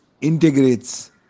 integrates